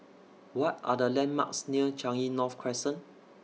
What Are The landmarks near Changi North Crescent